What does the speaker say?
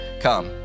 come